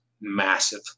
massive